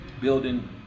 building